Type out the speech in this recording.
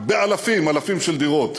באלפים אלפים של דירות,